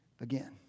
again